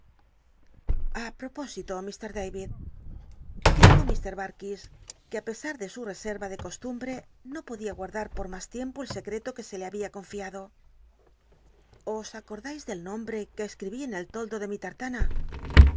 lt da id dijo ir barkis que á pesar de su resctra de costumbre no podia guardar por mas tiempo el secreto que se le babia conliado os acordai del nombre que escribí en el toldo de mi tattana